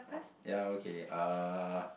ya okay uh